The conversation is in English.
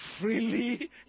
Freely